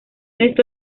esto